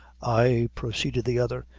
ay! proceeded the other,